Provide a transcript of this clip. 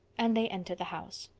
and they entered the house.